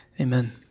Amen